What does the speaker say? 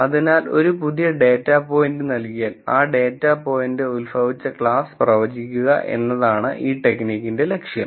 അതിനാൽ ഒരു പുതിയ ഡാറ്റാ പോയിന്റ് നൽകിയാൽ ആ ഡാറ്റാ പോയിന്റ് ഉത്ഭവിച്ച ക്ലാസ് പ്രവചിക്കുക എന്നതാണ് ഈ ടെക്നിക്കിന്റെ ലക്ഷ്യം